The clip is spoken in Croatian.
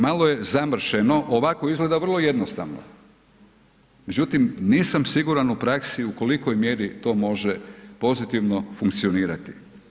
Malo je zamršeno, ovako izgleda vrlo jednostavno, međutim, nisam siguran u praksi u kolikoj mjeri to može pozitivno funkcionirati.